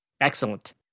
Excellent